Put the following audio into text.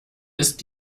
ist